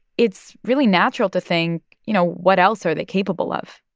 it's really natural to think, you know, what else are they capable of?